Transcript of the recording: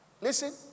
listen